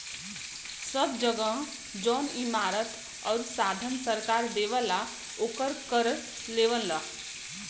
सब जगह जौन इमारत आउर साधन सरकार देवला ओकर कर लेवला